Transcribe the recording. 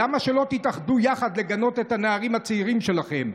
למה לא תתאחדו יחד לגנות את הנערים הצעירים שלכם?